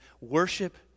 worship